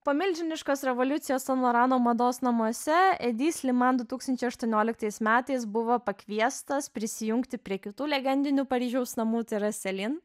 po milžiniškos revoliucijos san lorano mados namuose edi sliman du tūkstančiai aštuonioliktais metais buvo pakviestas prisijungti prie kitų legendinių paryžiaus namų tai yra selin